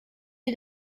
ihr